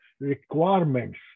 requirements